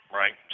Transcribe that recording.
right